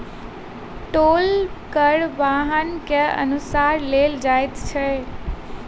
टोल कर वाहन के अनुसार लेल जाइत अछि